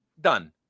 Done